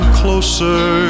closer